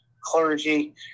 clergy